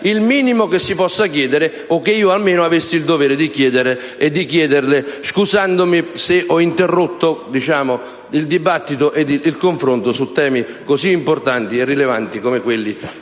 il minimo che si possa chiedere, o che io almeno avessi il dovere di chiedere e di chiederle, scusandomi se ho interrotto il dibattito e il confronto su temi così importanti e rilevanti come quelli